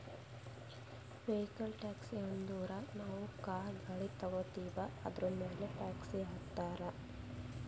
vehicle tax ಅಂದುರ್ ನಾವು car, ಗಾಡಿ ತಗೋತ್ತಿವ್ ಅದುರ್ಮ್ಯಾಲ್ ಟ್ಯಾಕ್ಸ್ ಹಾಕ್ತಾರ್